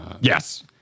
Yes